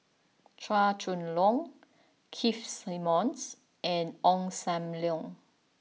Chua Chong Long Keith Simmons and Ong Sam Leong